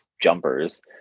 jumpers